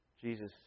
Jesus